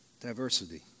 diversity